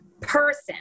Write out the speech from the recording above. person